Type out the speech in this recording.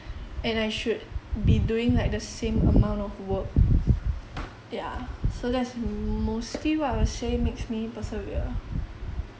and I should be doing like the same amount of work yeah so that's mostly what I'll say makes me persevere